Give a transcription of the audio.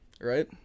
right